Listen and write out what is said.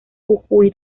jujuy